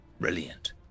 Brilliant